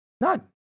None